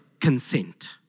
consent